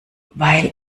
weil